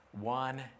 one